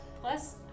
Plus